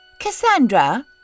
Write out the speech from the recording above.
Cassandra